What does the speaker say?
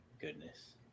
goodness